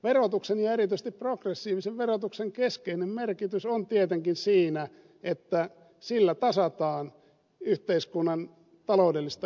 verotuksen ja erityisesti progressiivisen verotuksen keskeinen merkitys on tietenkin siinä että sillä tasataan yhteiskunnan taloudellista epätasa arvoa